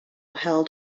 held